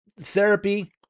therapy